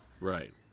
right